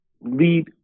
lead